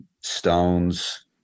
Stones